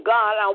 God